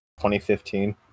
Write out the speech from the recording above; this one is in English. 2015